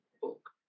book